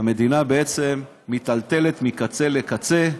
המדינה בעצם מיטלטלת מקצה לקצה,